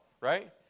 right